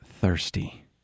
thirsty